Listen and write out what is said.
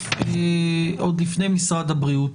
עוד לפני משרד הבריאות,